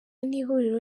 n’ihuriro